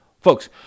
folks